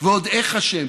ועוד איך אשם.